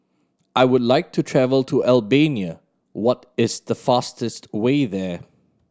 I would like to travel to Albania what is the fastest way there